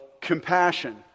compassion